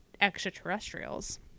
extraterrestrials